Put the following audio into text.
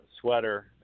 sweater